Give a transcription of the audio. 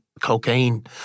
cocaine